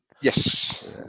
Yes